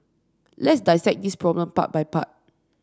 let's dissect this problem part by part